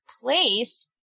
place